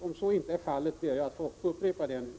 I så fall ber jag att nu få yrka bifall till dessa.